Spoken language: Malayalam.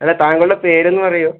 അല്ല താങ്കളുടെ പേര് ഒന്ന് പറയുവോ